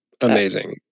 amazing